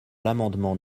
l’amendement